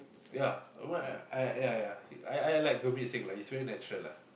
ya I I ya ya I I like Gurmit-Singh lah he's very natural lah